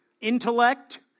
intellect